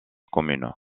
commune